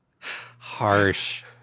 Harsh